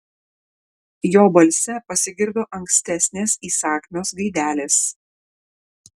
jo balse pasigirdo ankstesnės įsakmios gaidelės